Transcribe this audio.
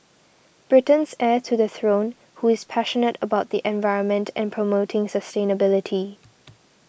Britain's heir to the throne who is passionate about the environment and promoting sustainability